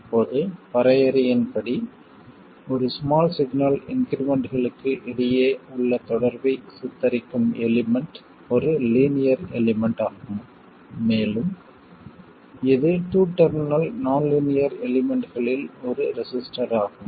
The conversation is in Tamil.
இப்போது வரையறையின்படி ஒரு ஸ்மால் சிக்னல் இன்க்ரிமெண்ட்களுக்கு இடையே உள்ள தொடர்பைச் சித்தரிக்கும் எலிமெண்ட் ஒரு லீனியர் எலிமெண்ட் ஆகும் மேலும் இது டூ டெர்மினல் நான் லீனியர் எலிமெண்ட்களில் ஒரு ரெசிஸ்டர் ஆகும்